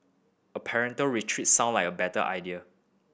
a parental retreat sounded like a better idea